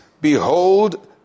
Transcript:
behold